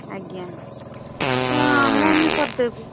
ଆଜ୍ଞା ତ ଅନଲାଇନ୍ରେ କରିଦେବୁ